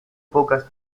pocas